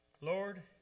Lord